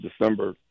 December